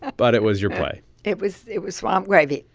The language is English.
but it was your play it was it was swamp gravy.